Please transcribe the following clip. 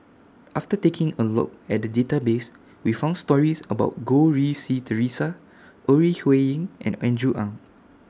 after taking A Look At The Database We found stories about Goh Rui Si Theresa Ore Huiying and Andrew Ang